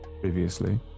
previously